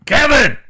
Kevin